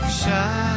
shine